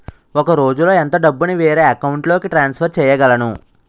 ఒక రోజులో ఎంత డబ్బుని వేరే అకౌంట్ లోకి ట్రాన్సఫర్ చేయగలను?